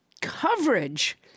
coverage